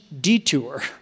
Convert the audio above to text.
detour